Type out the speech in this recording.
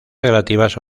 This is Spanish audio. relativas